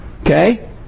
Okay